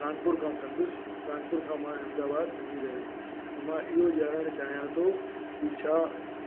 कानपुर खां कंदुसि कानपुर खां मां अहमदाबाद वञी रहियो आहियां त मां इहो ॼाणणु चाहियां थो कि छा